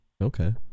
okay